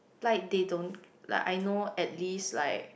like they don't like I know at least like